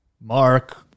Mark